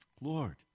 Lord